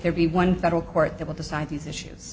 there be one federal court that will decide these issues